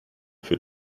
für